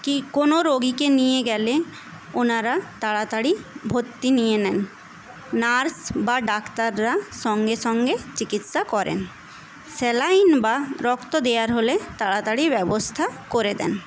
কি কোনো রোগীকে নিয়ে গেলে ওনারা তাড়াতাড়ি ভর্তি নিয়ে নেন নার্স বা ডাক্তাররা সঙ্গে সঙ্গে চিকিৎসা করেন স্যালাইন বা রক্ত দেওয়ার হলে তাড়াতাড়ি ব্যবস্থা করে দেন